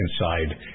inside